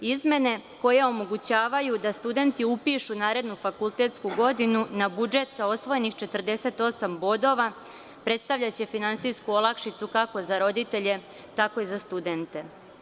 Izmene, koje omogućavaju da studenti upišu narednu fakultetsku godinu na budžet sa osvojenih 48 bodova, predstavljaće finansijsku olakšicu, kako za roditelje, tako i za studente.